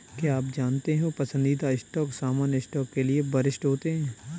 क्या आप जानते हो पसंदीदा स्टॉक सामान्य स्टॉक के लिए वरिष्ठ होते हैं?